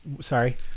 Sorry